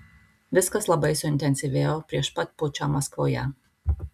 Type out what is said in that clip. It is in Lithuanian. viskas labai suintensyvėjo prieš pat pučą maskvoje